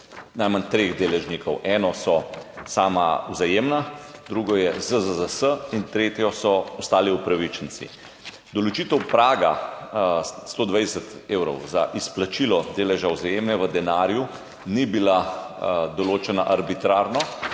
najmanj treh deležnikov, eno je sama Vzajemna, drugo je ZZZS in tretje so ostali upravičenci. Določitev praga 120 evrov za izplačilo deleža Vzajemne v denarju ni bila določena arbitrarno,